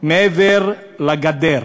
מעבר לגדר,